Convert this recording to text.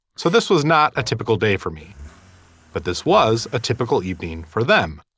so this was not a typical day for me but this was a typical evening for them.